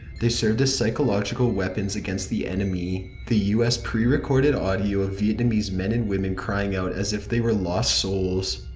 they served as a psychological weapon against the enemy the u s pre-recorded audio of vietnamese men and woman crying out as if they were lost souls.